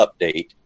Update